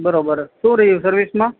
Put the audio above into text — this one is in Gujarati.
બરોબર શું રહ્યું સર્વિસમાં